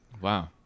Wow